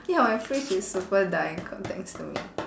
ya my fridge is super dying cau~ thanks to me